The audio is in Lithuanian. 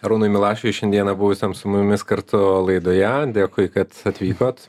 arūnui milašiui šiandieną buvusiam su mumis kartu laidoje dėkui kad atvykot